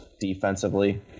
defensively